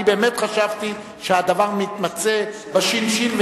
אני באמת חשבתי שהדבר מתמצה בש"ש,